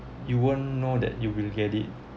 you won't know that you will get it